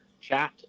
chat